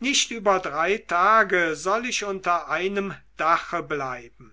nicht über drei tage soll ich unter einem dache bleiben